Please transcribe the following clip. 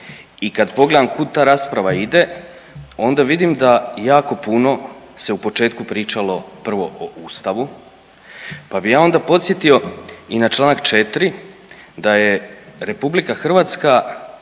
i kad pogledam kud ta rasprava ide onda vidim da jako puno se u početku pričalo prvo o ustavu pa bi ja onda podsjetio i na Članak 4. da je RH, da